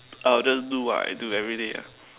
I'll just do what I do every day ah